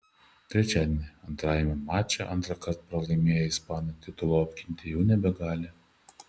trečiadienį antrajame mače antrą kartą pralaimėję ispanai titulo apginti jau nebegali